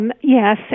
Yes